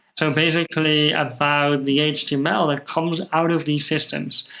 so basically about the html that comes out of these systems.